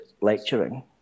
lecturing